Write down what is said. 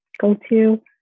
go-to